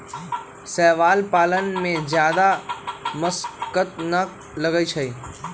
शैवाल पालन में जादा मशक्कत ना लगा हई